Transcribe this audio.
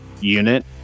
unit